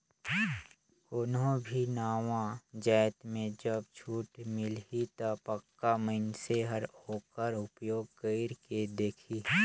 कोनो भी नावा जाएत में जब छूट मिलही ता पक्का मइनसे हर ओकर उपयोग कइर के देखही